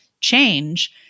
change